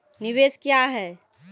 निवेश क्या है?